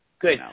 good